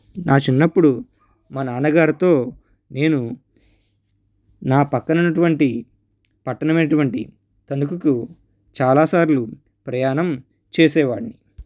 నా చిన్నప్పుడు మా నాన్నగారితో నేను నా పక్కన ఉన్నటువంటి పట్టణము అయినటువంటి తణుకుకు చాలా సార్లు ప్రయాణం చేసేవాడిని